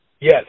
Yes